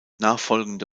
nachfolgende